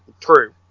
True